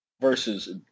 versus